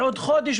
בעוד חודש?